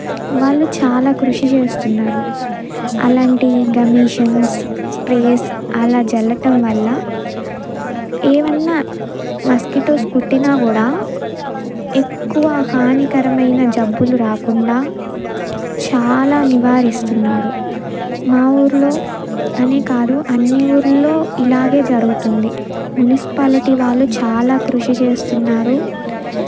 వాళ్ళు చాలా కృషి చేస్తున్నారు అలాంటి గమాగ్జిన్స్ స్ప్రేస్ అలా జల్లడం వల్ల ఏవైనా మస్కిటోస్ కుట్టినా కూడా ఎక్కువ హానికరమైన జబ్బులు రాకుండా చాలా నివారిస్తున్నారు మా ఊర్లో అనే కాదు అన్ని ఊర్లలో ఇలాగే జరుగుతుంది మునిసిపాలిటీ వాళ్ళు చాలా కృషి చేస్తున్నారు